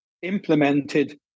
implemented